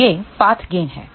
तो यह path gain है